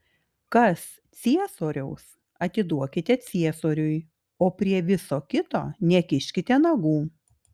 kas ciesoriaus atiduokite ciesoriui o prie viso kito nekiškite nagų